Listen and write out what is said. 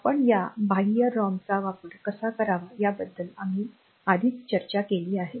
आपण या बाह्य रोमचा वापर कसा करावा याबद्दल आम्ही आधीच चर्चा केली आहे